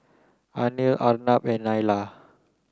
Anil Arnab and Neila